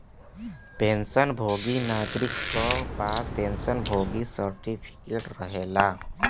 pension भोगी नागरिक क पास पेंशन भोगी सर्टिफिकेट रहेला